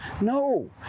No